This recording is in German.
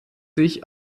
sich